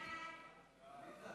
ההצעה